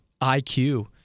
IQ